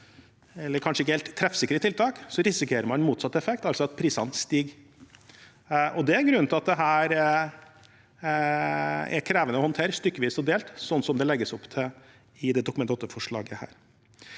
eller kanskje ikke helt treffsikre tiltak, risikerer man motsatt effekt, altså at prisene stiger. Det er grunnen til at dette er krevende å håndtere stykkevis og delt, sånn som det legges opp til i dette Dokument 8-forslaget.